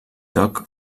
joc